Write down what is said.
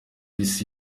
isi